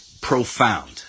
profound